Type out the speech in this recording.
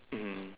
mmhmm